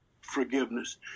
forgiveness